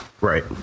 Right